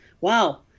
Wow